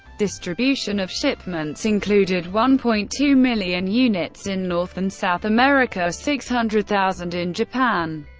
distribution of shipments included one point two million units in north and south america, six hundred thousand in japan,